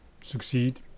succeed